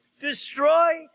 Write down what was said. destroy